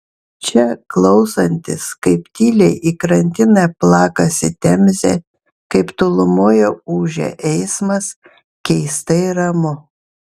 čia klausantis kaip tyliai į krantinę plakasi temzė kaip tolumoje ūžia eismas keistai ramu